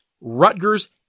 Rutgers